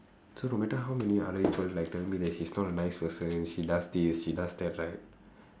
so no matter how many other people like tell me that she's not a nice person she does this she does that right